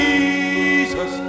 Jesus